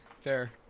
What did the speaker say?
fair